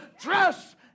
dress